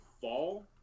fall